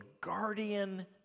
guardian